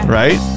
right